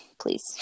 please